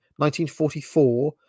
1944